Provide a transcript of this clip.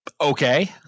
okay